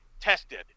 tested